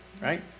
right